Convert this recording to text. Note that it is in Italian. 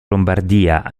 lombardia